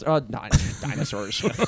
Dinosaurs